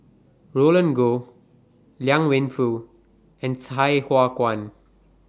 Roland Goh Liang Wenfu and Sai Hua Kuan